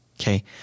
Okay